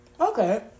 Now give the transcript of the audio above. Okay